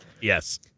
Yes